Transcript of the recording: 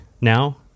now